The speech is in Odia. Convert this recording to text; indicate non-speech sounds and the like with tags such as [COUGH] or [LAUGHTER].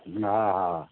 [UNINTELLIGIBLE]